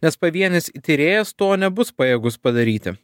nes pavienis tyrėjas to nebus pajėgus padaryti